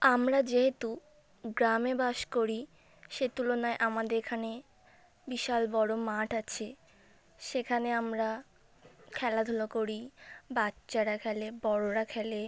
আমরা যেহেতু গ্রামে বাস করি সে তুলনায় আমাদের এখানে বিশাল বড় মাঠ আছে সেখানে আমরা খেলাধুলো করি বাচ্চারা খেলে বড়রা খেলে